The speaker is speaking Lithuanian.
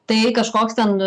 tai kažkoks ten